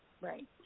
right